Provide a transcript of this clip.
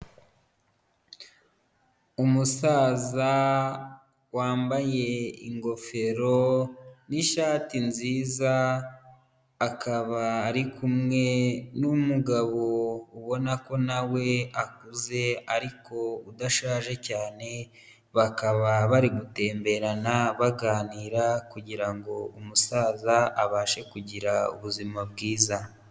Umusaza wambaye ingofero n'ishati nziza, akaba ari kumwe n'umugabo ubona ko na we akuze ariko udashaje cyane, bakaba bari gutemberana baganira kugira ngo umusaza abashe kugira ubuzima bwiza.